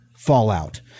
fallout